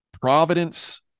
Providence